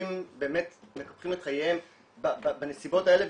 אנשים באמת מקפחים את חייהם בנסיבות האלה,